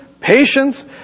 patience